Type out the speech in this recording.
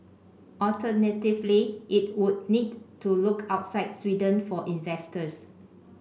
alternatively it would need to look outside Sweden for investors